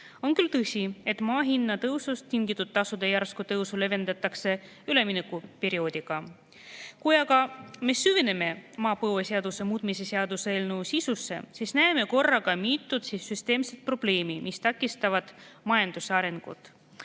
On küll tõsi, et maa hinna tõusust tingitud tasude järsku tõusu leevendatakse üleminekuperioodiga, kui me aga süveneme maapõueseaduse muutmise seaduse eelnõu sisusse, siis näeme korraga mitut süsteemset probleemi, mis takistavad majanduse